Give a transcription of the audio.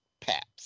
paps